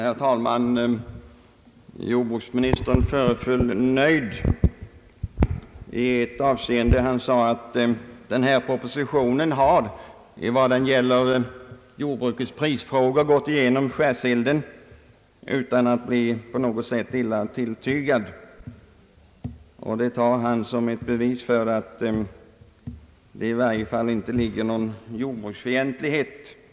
Herr talman! Jordbruksministern föreföll nöjd i ett avseende. Han sade att denna proposition har, i vad den gäller jordbrukets prisfrågor, gått igenom skärselden utan att bli på något sätt illa tilltygad. Det tar han som ett bevis för att det i varje fall inte finns någon jordbruksfientlighet hos majoriteten.